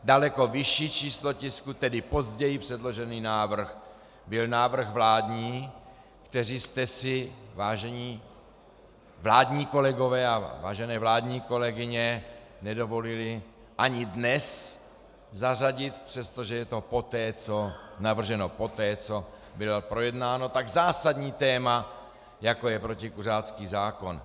Daleko vyšší číslo tisku, tedy později předložený návrh, byl návrh vládní, který jste si, vážení vládní kolegové a vážené vládní kolegyně, nedovolili ani dnes zařadit, přestože je to navrženo poté, co bylo projednáno tak zásadní téma, jako je protikuřácký zákon.